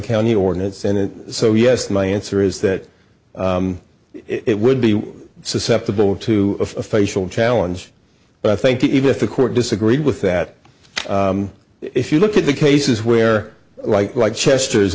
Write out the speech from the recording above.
county ordinance and so yes my answer is that it would be susceptible to a facial challenge but i think even if a court disagreed with that if you look at the cases where like like chester